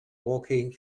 walking